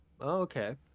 Okay